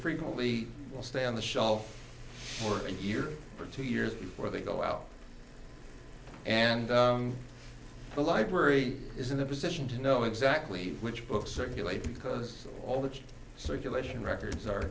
frequently will stay on the shelf for a year or two years before they go out and the library is in a position to know exactly which books circulate because all the circulation records are